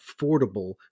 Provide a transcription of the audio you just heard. affordable